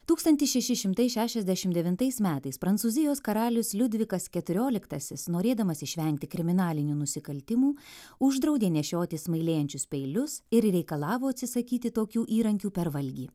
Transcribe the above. tūkstantis šeši šimtai šešiasdešim devintais metais prancūzijos karalius liudvikas keturioliktasis norėdamas išvengti kriminalinių nusikaltimų uždraudė nešiotis smailėjančius peilius ir reikalavo atsisakyti tokių įrankių per valgį